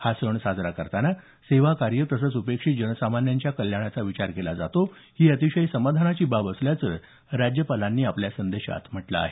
हा सण साजरा करताना सेवाकार्य तसंच उपेक्षित जनसामान्यांच्या कल्याणाचा विचार केला जातो ही अतिशय समाधानाची बाब असल्याचं राज्यपालांनी आपल्या संदेशात म्हटलं आहे